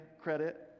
credit